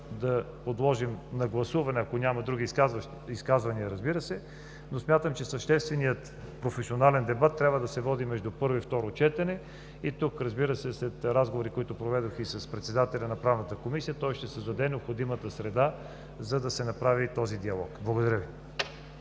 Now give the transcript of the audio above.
го подложим на гласуване, ако няма други изказвания, разбира се. Смятам, че същественият професионален дебат трябва да се води между първо и второ четене. След разговори, които проведох и с председателя на Правната комисия, той ще създаде необходимата среда, за да се направи този диалог. Благодаря Ви.